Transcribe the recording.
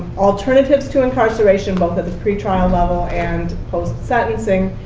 alternatives to incarceration, both at the pre-trial level and post-sentencing.